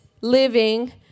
living